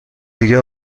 دیگه